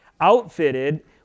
outfitted